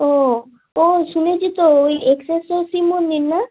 ও ও শুনেছি তো ওই এক্সেশ্বর শিব মন্দির না